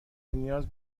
نیاز